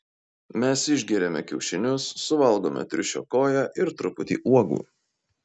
mes išgeriame kiaušinius suvalgome triušio koją ir truputį uogų